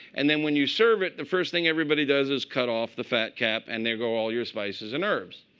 and then when you serve it, the first thing everybody does is cut off the fat cap. and there go all your spices and herbs.